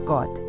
God